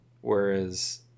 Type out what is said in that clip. whereas